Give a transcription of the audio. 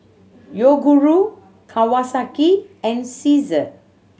Yoguru Kawasaki and Cesar